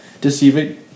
deceiving